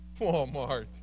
Walmart